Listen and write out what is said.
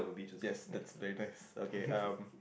just the very nice okay um